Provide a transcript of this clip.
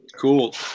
cool